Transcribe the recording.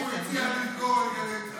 הוא הציע לסגור את גלי צה"ל.